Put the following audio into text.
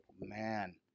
man